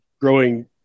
growing